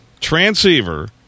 transceiver